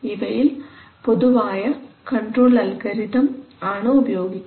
ഇവയിൽ പൊതുവായ control algorithm ആണ് ഉപയോഗിക്കുന്നത്